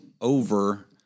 over